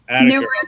Numerous